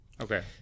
Okay